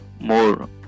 more